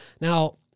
Now-